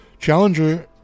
Challenger